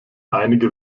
einige